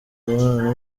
imibonano